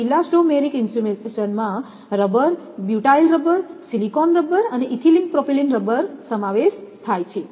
તેથી ઇલાસ્ટોમેરિક ઇન્સ્યુલેશનમાં rubber butyl rubber silicone rubber અને ઇથિલિન પ્રોપિલિન રબર શામેલ છે